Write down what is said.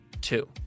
Two